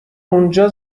اونجا